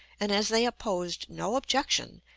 and as they opposed no objection,